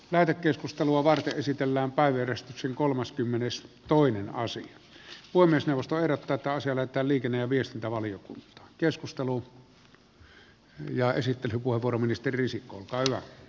käydä keskustelua varten esitellään päivystyksen kolmaskymmenes toimena sille voi myös nostaa päätään sillä että liikenne ja viestintävaliokuntaan